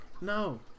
no